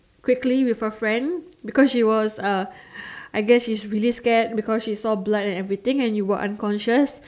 quickly with her friend because she was uh I guess she's really scared because she saw blood and everything and you were unconscious